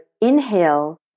inhale